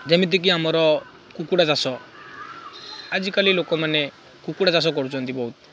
ଯେମିତିକି ଆମର କୁକୁଡ଼ା ଚାଷ ଆଜିକାଲି ଲୋକମାନେ କୁକୁଡ଼ା ଚାଷ କରୁଛନ୍ତି ବହୁତ